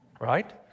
right